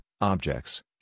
objects